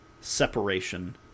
separation